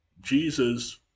Jesus